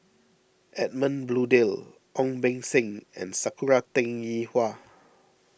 Edmund Blundell Ong Beng Seng and Sakura Teng Ying Hua